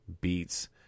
beats